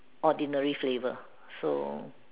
ordinary flavour so